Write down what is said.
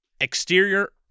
Exterior